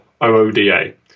O-O-D-A